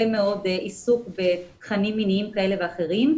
מאוד עיסוק בתכנים מיניים כאלה ואחרים.